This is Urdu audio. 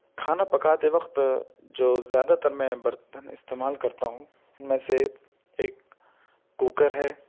کھانا پکاتے وقت جو زیادہ تر میں برتن استعمال کرتا ہوں ان میں سے ایک کوکر ہے